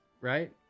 right